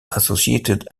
associated